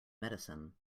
medicine